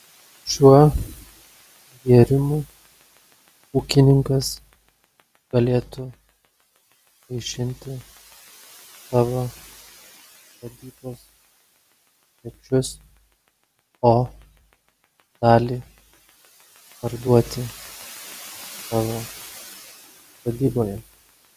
šiuo gėrimu ūkininkas galėtų vaišinti savo sodybos svečius o dalį parduoti savo sodyboje